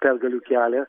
pergalių kelią